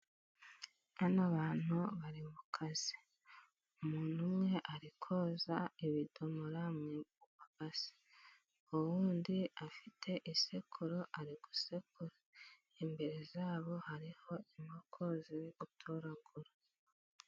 Bano bantu bari mu mukazi, umuntu umwe ari koza ibidomora, undi afite isekururo ari gusekura, imbere zabo hariho inkoko ziri gutoragura.